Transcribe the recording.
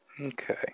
Okay